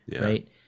right